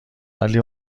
ولی